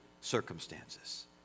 circumstances